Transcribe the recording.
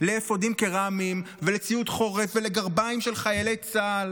לאפודים קרמיים ולציוד חורף ולגרביים של חיילי צה"ל,